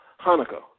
Hanukkah